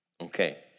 Okay